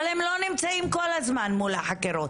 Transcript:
אבל הם לא נמצאים כל הזמן מול החקירות,